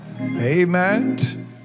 amen